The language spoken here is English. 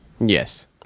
yes